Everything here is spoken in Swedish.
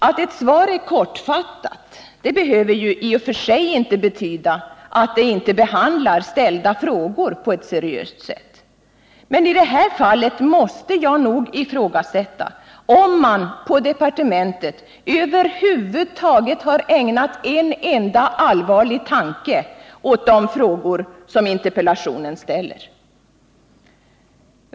Att ett svar är kortfattat behöver i och för sig inte betyda att det inte behandlar ställda frågor på ett seriöst sätt. Men i det här fallet måste jag nog ifrågasätta om man på departementet över huvud taget ägnat en allvarlig tanke åt de frågor som interpellationen ställer.